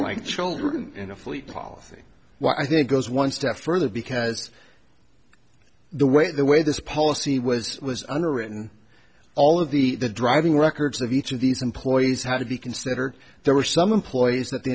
like children in a fleet policy well i think goes one step further because the way the way this policy was was underwritten all of the driving records of each of these employees had to be considered there were some employees that the